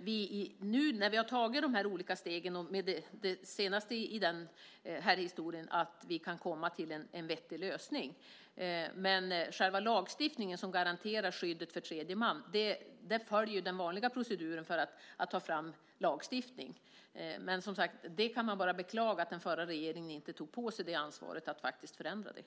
vi nu har tagit de här olika stegen, också de senaste i den här historien, tror jag att vi kan komma till en vettig lösning. Men själva lagstiftningen som garanterar skyddet för tredje man följer ju den vanliga proceduren för att ta fram lagstiftning. Man kan som sagt bara beklaga att inte den förra regeringen tog på sig ansvaret att faktiskt förändra detta.